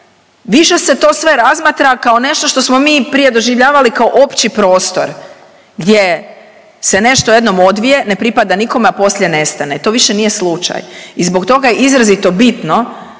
više se to sve razmatra kao nešto što smo mi prije doživljavali kao opći prostor gdje se nešto jednom odvije ne pripada nikome, a poslije nestane. To više nije slučaj. I zbog toga je izrazito bitno